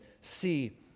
See